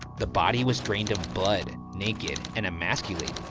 the body was drained of blood, naked, and emasculated.